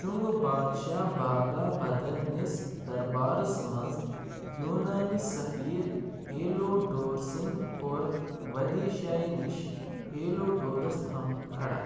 شُنٛگہٕ بادشاہ بھاگا بَدَرنِس دربارس منٛز یوٗنانہِ سٔفیٖر ہیلوڈورسن کوٚر ودیشایہِ نِش ہیلوڈورس تھَم کھڑا